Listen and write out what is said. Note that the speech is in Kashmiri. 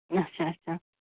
اچھا اچھا